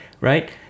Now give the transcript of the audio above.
right